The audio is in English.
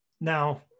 Now